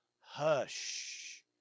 hush